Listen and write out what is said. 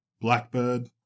Blackbird